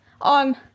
on